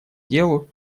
делу